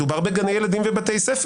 מדובר בגני ילדים ובתי ספר,